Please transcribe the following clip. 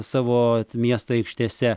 savo miesto aikštėse